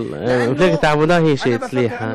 אבל מפלגת העבודה היא שהצליחה,